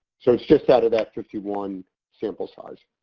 so, it's just out of that fifty one sample size.